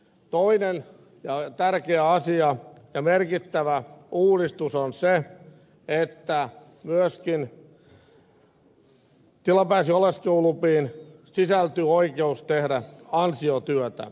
toinen tärkeä asia ja merkittävä uudistus on se että myöskin tilapäisiin oleskelulupiin sisältyy oikeus tehdä ansiotyötä